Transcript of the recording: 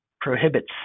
prohibits